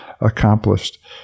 accomplished